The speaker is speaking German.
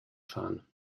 fahren